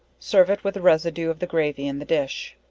serve it with the residue of the gravy in the dish.